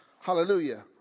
Hallelujah